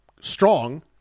strong